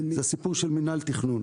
זה הסיפור של מינהל התכנון.